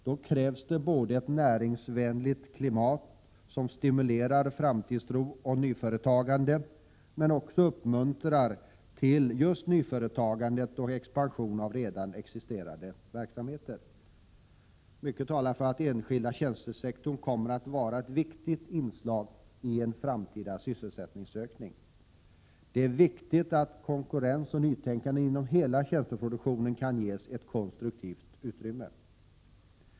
Då krävs det både ett näringsvänligt klimat, som stimulerar framtidstro och nyföretagande, och uppmuntran till just nyföretagande och expansion av redan existerande verksamheter. Mycket talar för att den enskilda tjänstesektorn kommer att vara ett viktigt inslag i en framtida sysselsättningsökning. Det är viktigt att konkurrens och nytänkande inom hela tjänsteproduktionen kan ges ett konstruktivt utrymme.